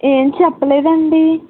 ఏం చెప్పలేదండీ